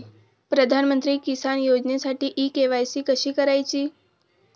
प्रधानमंत्री किसान योजनेसाठी इ के.वाय.सी कशी करायची?